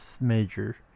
major